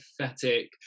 pathetic